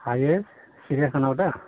हायो सिरियाखानायाव दा